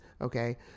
okay